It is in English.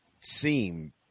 seem